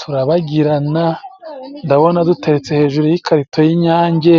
turabagirana, ndabona dutetse hejuru y'ikarito y'inyange,